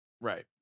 right